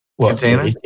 container